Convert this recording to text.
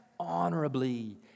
honorably